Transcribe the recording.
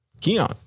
Keon